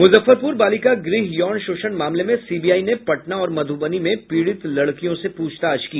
मुजफ्फरपुर बालिका गृह यौन शोषण मामले में सीबीआई ने पटना और मधुबनी में पीड़ित लड़कियों से प्रछताछ की